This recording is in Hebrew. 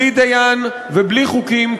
בלי דיין ובלי חוקים,